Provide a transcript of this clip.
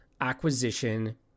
acquisition